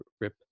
rip